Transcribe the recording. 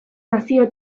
nazio